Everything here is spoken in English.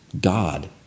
God